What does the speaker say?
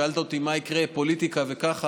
שאלת אותי מה יקרה, פוליטיקה וככה: